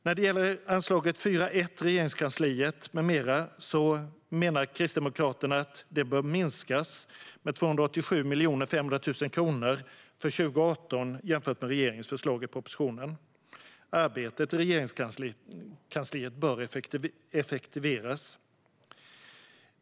När det gäller anslaget 4:1 Regeringskansliet m.m. menar Kristdemokraterna att det bör minskas med 287 500 000 kronor för 2018 jämfört med regeringens förslag i propositionen. Arbetet i Regeringskansliet bör effektiviseras.